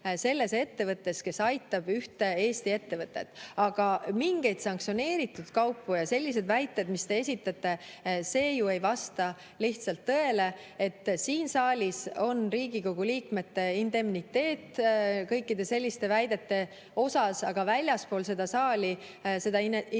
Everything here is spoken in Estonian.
selles ettevõttes, kes aitab ühte Eesti ettevõtet. Aga mingid sanktsioneeritud kaubad ja sellised väited, mis te esitate – see ju ei vasta lihtsalt tõele. Siin saalis on Riigikogu liikmete indemniteet kõikide selliste väidete osas, aga väljaspool seda saali seda indemniteeti